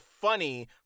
funny